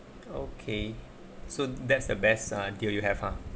okay so that's the best ah until you have ah